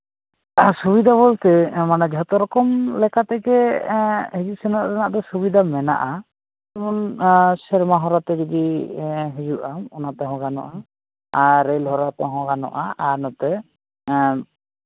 ᱥᱩᱵᱤᱫᱷᱟ ᱵᱚᱞᱛᱮ ᱢᱟᱱᱮ ᱡᱷᱚᱛᱚᱨᱚᱠᱚᱢ ᱞᱮᱠᱟ ᱛᱮᱜᱮ ᱦᱤᱡᱩᱜ ᱥᱮᱱᱚᱜ ᱨᱮᱱᱟᱜ ᱫᱚ ᱥᱩᱵᱤᱫᱷᱟ ᱢᱮᱱᱟᱜᱼᱟ ᱡᱮᱢᱚᱱ ᱥᱮᱨᱢᱟ ᱦᱚᱨᱛᱮ ᱡᱩᱫᱤ ᱦᱩᱭᱩᱜᱼᱟ ᱚᱱᱟ ᱛᱮᱦᱚᱸ ᱜᱟᱱᱚᱜᱼᱟ ᱟᱨ ᱨᱮᱹᱞ ᱦᱚᱨ ᱛᱮᱦᱚᱸ ᱜᱟᱱᱚᱜᱼᱟ ᱟᱨ ᱱᱚᱛᱮ